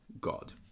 God